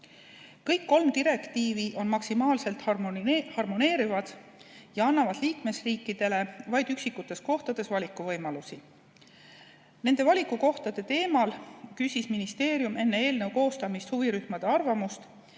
Kõik kolm direktiivi on maksimaalselt harmoneeruvad ja annavad liikmesriikidele vaid üksikutes kohtades valikuvõimalusi. Nende valikuvõimaluste kohta küsis ministeerium enne eelnõu koostamist huvirühmade arvamust